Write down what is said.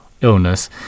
illness